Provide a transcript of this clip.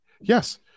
Yes